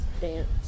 dance